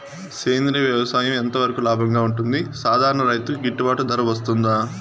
సేంద్రియ వ్యవసాయం ఎంత వరకు లాభంగా ఉంటుంది, సాధారణ రైతుకు గిట్టుబాటు ధర వస్తుందా?